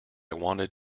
wanted